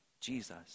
Jesus